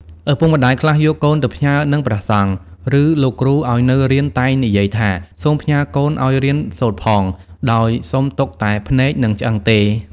ឪពុកម្ដាយខ្លះយកកូនទៅផ្ញើនឹងព្រះសង្ឃ ឬលោកគ្រូឲ្យនៅរៀនតែងនិយាយថា សូមផ្ញើកូនឲ្យរៀនសូត្រផង ដោយសុំទុកតែភ្នែក និងឆ្អឹងទេ។